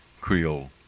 Creole